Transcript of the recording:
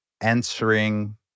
answering